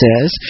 says